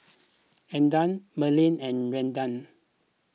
Ednah Merlin and Redden